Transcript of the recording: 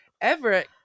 Everett